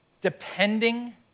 Depending